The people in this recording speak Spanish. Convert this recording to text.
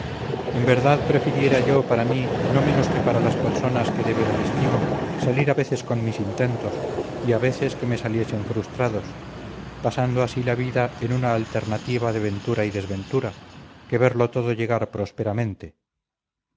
en verdad prefiriera yo para mí no menos que para las personas que de veras estimo salir a veces con mis intentos y a veces que me saliesen frustrados pasando así la vida en una alternativa de ventura y desventura que verlo todo llegar